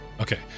Okay